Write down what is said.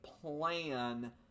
plan